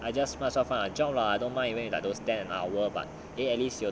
I just march off lah drop lah I don't mind even when I don't stand an hour but eh at least you